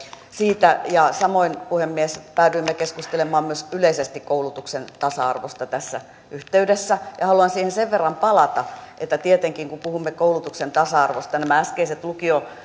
siitä samoin puhemies päädyimme keskustelemaan yleisesti koulutuksen tasa arvosta tässä yhteydessä ja haluan siihen sen verran palata että tietenkin kun puhumme koulutuksen tasa arvosta nämä äskeiset